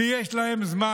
כי יש להם זמן: